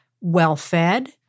well-fed